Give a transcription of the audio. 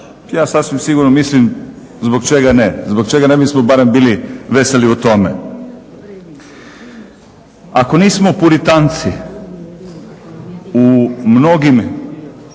Ja sasvim sigurno mislim zbog čega ne? Zbog čega ne bismo barem bili veseli u tome? Ako nismo puritanci u mnogim